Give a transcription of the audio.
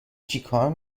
چکار